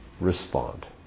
respond